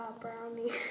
brownie